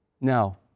Now